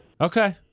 Okay